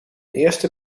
eerste